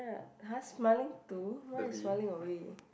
hah smiling to why is smiling away